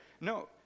No